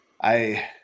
I